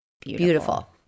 beautiful